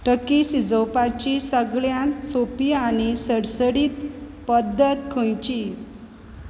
Turkey शिजोवपाची सगळ्यांत सोंपी आनी सडसडीत पद्दत खंयची